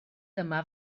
dyma